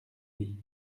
vie